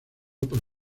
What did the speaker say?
por